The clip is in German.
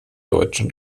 deutschen